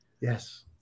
Yes